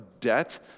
debt